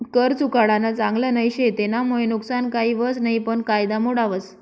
कर चुकाडानं चांगल नई शे, तेनामुये नुकसान काही व्हस नयी पन कायदा मोडावस